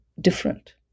different